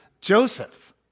Joseph